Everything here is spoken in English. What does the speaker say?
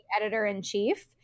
editor-in-chief